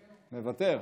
מוותר,